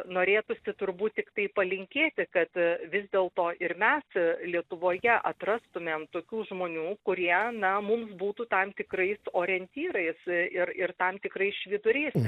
norėtųsi turbūt tiktai palinkėti kad vis dėlto ir mes lietuvoje atrastumėm tokių žmonių kurie na mums būtų tam tikrais orientyrais ir ir tam tikrais švyturiais